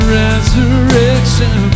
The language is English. resurrection